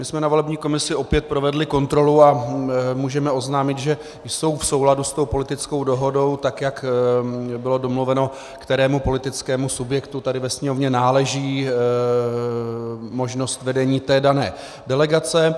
My jsme na volební komisi opět provedli kontrolu a můžeme oznámit, že jsou v souladu s politickou dohodou tak, jak bylo domluveno, kterému politickému subjektu tady ve Sněmovně náleží možnost vedení té dané delegace.